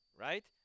Right